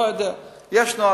אני לא יודע, יש נהלים.